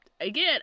again